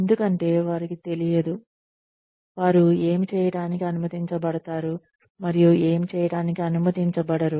ఎందుకంటే వారికి తెలియదు వారు ఏమి చేయటానికి అనుమతించబడతారు మరియు ఏమి చేయటానికి అనుమతించబడరు